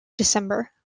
december